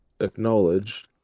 acknowledge